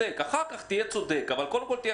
אחר כך תהיה צודק, אבל קודם כול תהיה